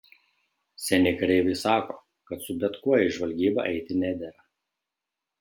seni kareiviai sako kad su bet kuo į žvalgybą eiti nedera